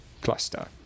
cluster